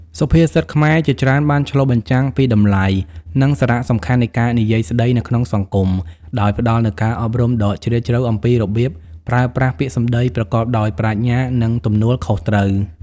សុភាសិតខ្មែរជាច្រើនបានឆ្លុះបញ្ចាំងពីតម្លៃ និងសារៈសំខាន់នៃការនិយាយស្តីនៅក្នុងសង្គម ដោយផ្តល់នូវការអប់រំដ៏ជ្រាលជ្រៅអំពីរបៀបប្រើប្រាស់ពាក្យសម្ដីប្រកបដោយប្រាជ្ញា និងទំនួលខុសត្រូវ។